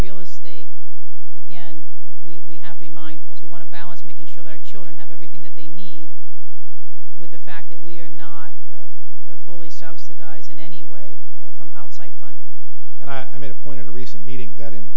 real estate again we have to be mindful who want to balance making sure their children have everything that they need with the fact that we are not fully subsidized in any way from outside funding and i made a point at a recent meeting that in